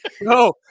No